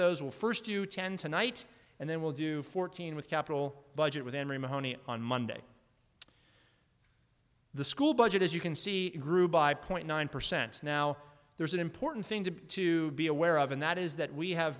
those will first you tend to night and then we'll do fourteen with capital budget with emory mahoney on monday the school budget as you can see grew by point nine percent now there's an important thing to to be aware of and that is that we have